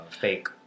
fake